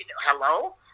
Hello